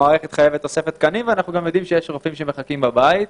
המערכת צריכה תוספת תקנים ואנחנו יודעים שיש רופאים שמחכים בבית.